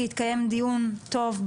כי התקיים דיון טוב,